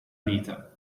vita